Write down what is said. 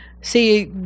See